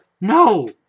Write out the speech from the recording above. No